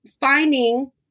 finding